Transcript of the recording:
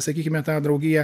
sakykime tą draugiją